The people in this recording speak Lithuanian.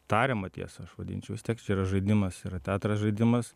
tariamą tiesą aš vadinčiau vis tiek čia yra žaidimas yra teatras žaidimas